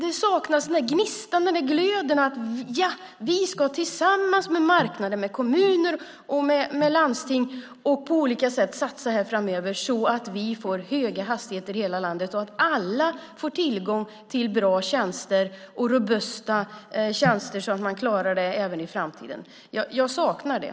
Gnistan och glöden saknas när det gäller att vi tillsammans med marknaden, med kommuner och landsting och på andra sätt ska satsa framöver så att vi får höga hastigheter i hela landet och att alla får tillgång till bra och robusta tjänster så att man klarar det även i framtiden. Jag saknar det.